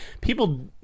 people